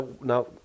Now